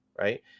right